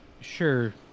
sure